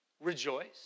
rejoice